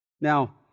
Now